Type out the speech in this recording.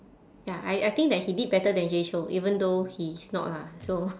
ya I I think that he did better than jay chou even though he's not lah so